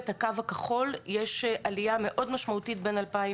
יש עלייה מאוד משמעותית בין השנים